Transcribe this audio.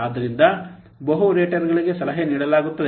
ಆದ್ದರಿಂದ ಬಹು ರೇಟರ್ಗಳಿಗೆ ಸಲಹೆ ನೀಡಲಾಗುತ್ತದೆ